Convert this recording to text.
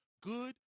Good